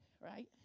Right